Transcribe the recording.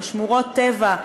על שמורות טבע.